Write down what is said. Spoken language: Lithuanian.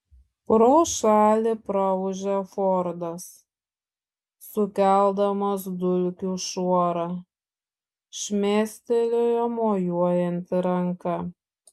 pro šalį praūžė fordas sukeldamas dulkių šuorą šmėstelėjo mojuojanti ranka